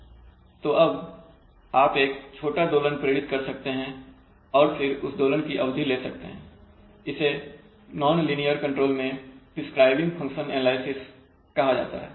तो अब आप एक छोटा दोलन प्रेरित कर सकते हैं और फिर उस दोलन की अवधि को ले सकते हैं इसे नॉन लीनियर कंट्रोल में डिस्क्राइबिंग फंक्शन एनालिसिस कहा जाता है